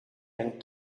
and